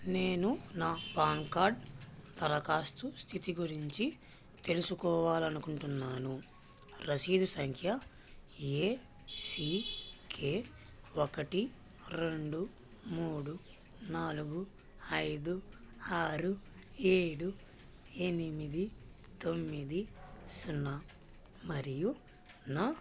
నేను నా PAN card దరఖాస్తు స్థితి గురించి తెలుసుకోవాలి అనుకుంటున్నాను రసీదు సంఖ్య ఏ సీ కే ఒకటి రెండు మూడు నాలుగు ఐదు ఆరు ఏడు ఎనిమిది తొమ్మిది సున్నా మరియు నా